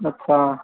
ਅੱਛਾ